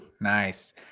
nice